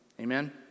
Amen